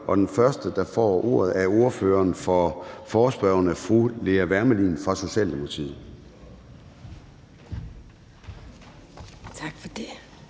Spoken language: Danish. Den første, der får ordet, er ordføreren for forespørgerne, fru Lea Wermelin fra Socialdemokratiet. Kl.